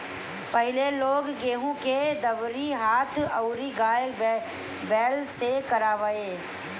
पहिले लोग गेंहू के दवरी हाथ अउरी गाय बैल से करवावे